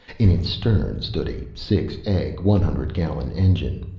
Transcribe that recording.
in its stern stood a six-egg, one-hundred-gallon engine,